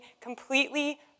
completely